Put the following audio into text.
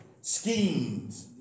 schemes